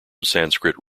sanskrit